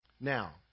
Now